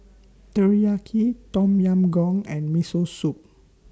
Teriyaki Tom Yam Goong and Miso Soup